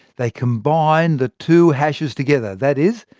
they combine the two hashes together that is,